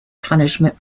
punishment